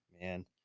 man